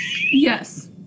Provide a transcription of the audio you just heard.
yes